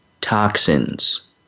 toxins